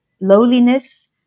Lowliness